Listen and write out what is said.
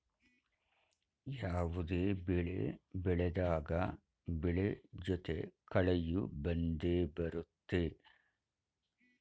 ಯಾವುದೇ ಬೆಳೆ ಬೆಳೆದಾಗ ಬೆಳೆ ಜೊತೆ ಕಳೆಯೂ ಬಂದೆ ಬರುತ್ತೆ